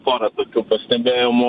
pora tokių pastebėjimų